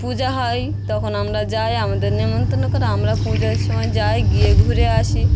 পূজা হয় তখন আমরা যাই আমাদের নেমন্তন্ন করে আমরা পুজোর সময় যাই গিয়ে ঘুরে আসি